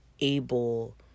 able